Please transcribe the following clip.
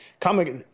comic